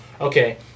okay